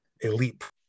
elite